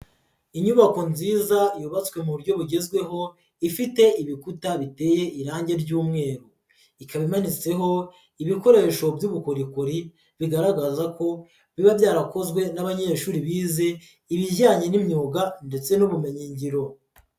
Inyubako nziza yubatswe mu buryo bugezweho ifite ibikuta biteye irange ry'umweru, ikaba imanitsweho ibikoresho by'ubukorikori bigaragaza ko biba byarakozwe n'abanyeshuri bize ibijyanye n'imyuga ndetse n'ubumenyingiro.